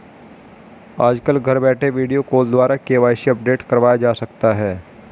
आजकल घर बैठे वीडियो कॉल द्वारा भी के.वाई.सी अपडेट करवाया जा सकता है